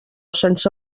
sense